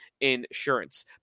insurance